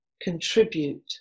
contribute